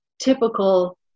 typical